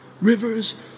rivers